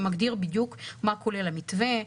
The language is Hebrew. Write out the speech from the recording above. שמגדיר בדיוק מה כולל המתווה,